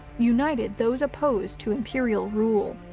united those opposed to imperial rule.